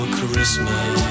Christmas